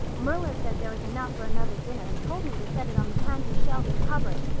marilla said there was enough for another dinner and told me to set it on the pantry shelf and cover it.